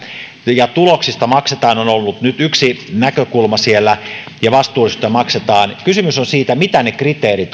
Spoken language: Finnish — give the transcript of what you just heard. ja tuloksista maksetaan on ollut nyt yksi näkökulma siellä ja vastuullisuudesta maksetaan kysymys on siitä mitä ne kriteerit